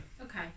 Okay